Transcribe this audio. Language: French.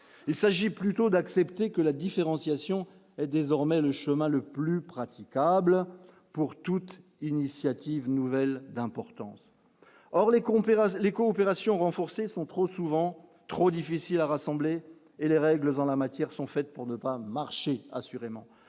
il s'agit plutôt d'accepter que la différenciation désormais le chemin le plus praticable pour toute initiative nouvelle d'importance, or les compères à ce les coopérations renforcées sont trop souvent trop difficiles à rassembler et les règles en la matière sont faites pour ne pas marcher assurément